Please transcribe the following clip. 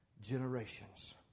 generations